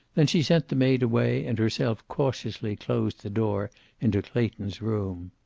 then she sent the maid away and herself cautiously closed the door into clayton's room.